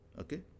Okay